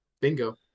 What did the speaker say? Bingo